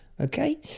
okay